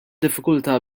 diffikultà